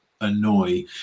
annoy